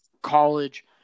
college